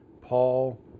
Paul